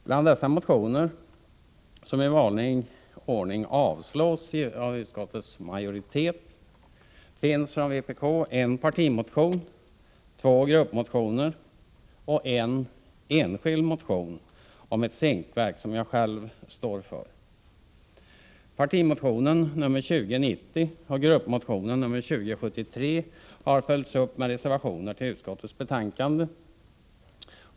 Bland dessa motioner — som i vanlig ordning avstyrks av utskottets majoritet — finns från vpk en partimotion, två gruppmotioner och en enskild motion om ett zinkverk som jag själv står för. Partimotionen nr 2090 och gruppmotionen nr 2073 har följts upp med reservationer till utskottets betänkande.